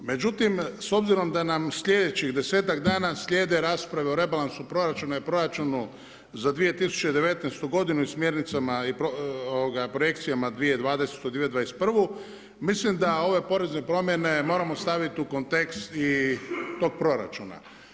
Međutim, s obzirom da nam sljedećih 10-ak dana slijede rasprave o rebalansu proračuna i proračunu za 2019. godinu, i Smjernicama i projekcijama 2020.-2021., mislim da ove porezne promjene moramo staviti u kontekst i tog proračuna.